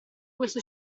questo